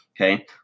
okay